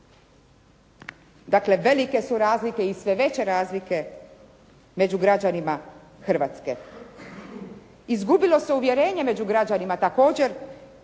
Dakle velike su razlike i sve veće razlike među građanima Hrvatske. Izgubilo se uvjerenje među građanima također